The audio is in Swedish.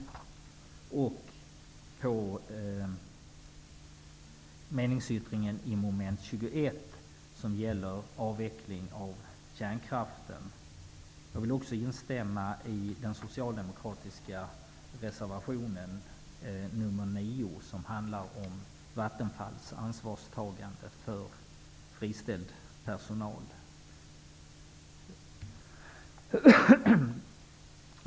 Dessutom yrkar jag bifall till meningsyttringen till mom. 21, som gäller avveckling av kärnkraften. Jag vill också instämma i den socialdemokratiska reservationen nr 9, som handlar om Vattenfalls ansvarstagande för friställd personal.